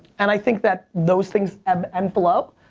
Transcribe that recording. and i think that those things ebb and flow.